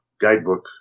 guidebook